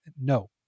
No